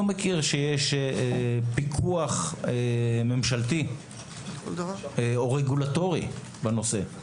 מכיר שיש פיקוח ממשלתי או רגולטורי בנושא.